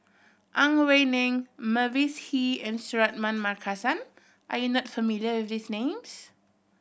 Ang Wei Neng Mavis Hee and Suratman Markasan are you not familiar with these names